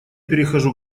перехожу